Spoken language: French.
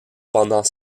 pendant